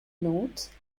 notes